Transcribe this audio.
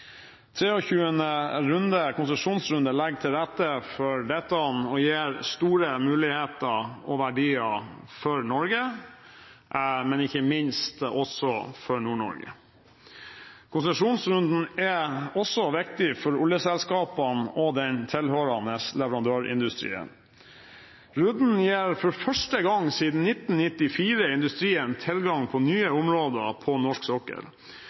konsesjonsrunde legger til rette for dette og gir store muligheter og verdier for Norge, men ikke minst også for Nord-Norge. Konsesjonsrunden er også viktig for oljeselskapene og den tilhørende leverandørindustrien. Runden gir for første gang siden 1994 industrien tilgang på nye områder på norsk sokkel.